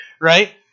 right